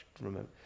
remember